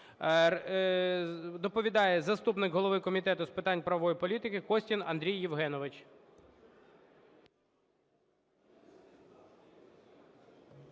Доповідає заступник голови Комітету з питань правової політики Костін Андрій Євгенович.